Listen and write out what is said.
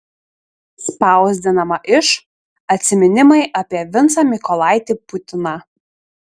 spausdinama iš atsiminimai apie vincą mykolaitį putiną